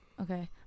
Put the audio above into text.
okay